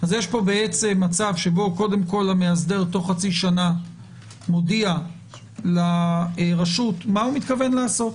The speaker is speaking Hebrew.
יש פה מצב שהמאסדר תוך חצי שנה מודיע לרשות מה מתכוון לעשות.